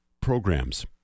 programs